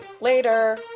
Later